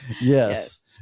Yes